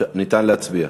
ניתן להצביע.